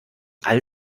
all